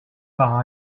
par